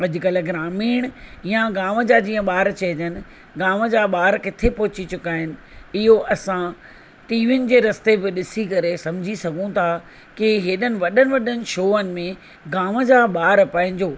अॼुकल्ह ग्रामीण या गांव जा जीअं ॿार चइजनि गांव जा ॿार किथे पहुची चुका आहिनि इहो असां टीवियुनि जे रस्ते बि ॾिसी करे सम्झी सघूं था कि हेॾनि वॾनि वॾनि शोअनि में गांव जा ॿार पंहिंजो